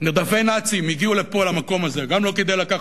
נרדפי הנאצים, הגיעו לפה, למקום הזה,